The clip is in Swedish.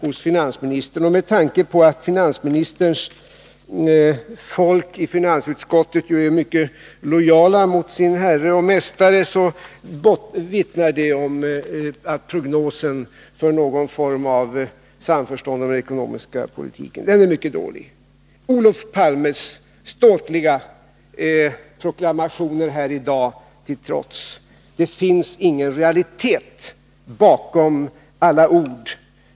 Och med hänsyn till att finansministerns folk i finansutskottet ju är mycket lojala mot sin herre och mästare så vittnar det om att prognosen för någon form av samförstånd om den ekonomiska politiken är mycket dålig. Olof Palmes ståtliga proklamationer här i dag till trots: det finns ingen realitet bakom alla ord.